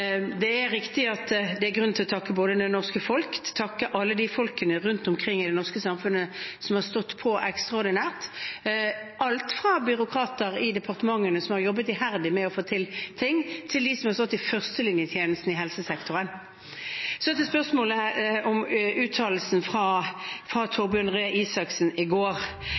Det er riktig at det er grunn til å takke det norske folk og takke alle de menneskene rundt omkring i det norske samfunnet som har stått på ekstraordinært – alt fra byråkrater i departementene som har jobbet iherdig med å få til ting, til dem som har stått i førstelinjetjenesten i helsesektoren. Så til spørsmålet om uttalelsen fra Torbjørn Røe Isaksen i går.